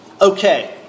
Okay